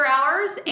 Hours